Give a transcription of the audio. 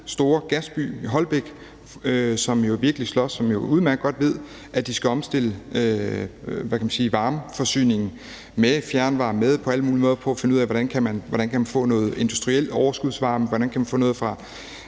store gasby, Holbæk, som jo virkelig slås, og som udmærket godt ved, at de skal omstille varmeforsyningen med fjernvarme og på alle mulige måder prøve at finde ud af, hvordan man kan få noget industriel overskudsvarme, hvordan man kan få noget fra